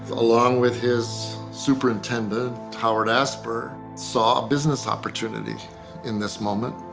along with his superintendent howard asper, saw business opportunities in this moment,